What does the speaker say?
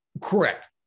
Correct